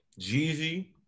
Jeezy